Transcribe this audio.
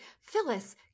Phyllis